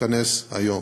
תתכנס היום.